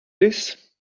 this